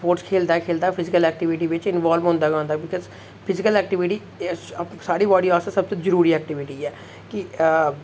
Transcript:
sports खेलदा खेलदा physically activity बिच्च इवाल्व होंदा के होंदा विकास फिजिकल एक्टीविटी स्हाड़ी बॉडी आस्तै जरूरी एक्टीविटी ऐ कि